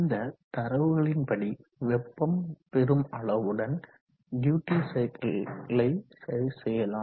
இந்த தரவுகளின்படி வெப்பம் பெறும் அளவுடன் டியூட்டி சைக்கிள் யை சரிசெய்யலாம்